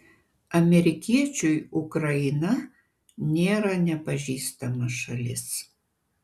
amerikiečiui ukraina nėra nepažįstama šalis